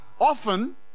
Often